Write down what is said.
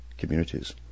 communities